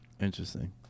Interesting